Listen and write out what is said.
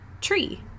tree